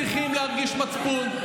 אתם צריכים להרגיש מצפון.